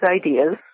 ideas